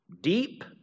Deep